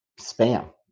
spam